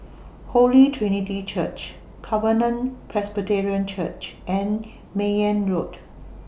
Holy Trinity Church Covenant Presbyterian Church and Mayne Road